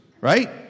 right